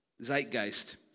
Zeitgeist